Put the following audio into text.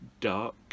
dark